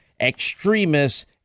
extremists